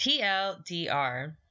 TLDR